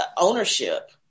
ownership